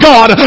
God